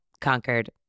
conquered